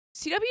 CW